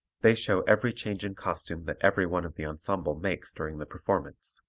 they show every change in costume that every one of the ensemble makes during the performance.